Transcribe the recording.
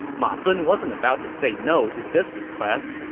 ma zun wasn't about to say no to this request.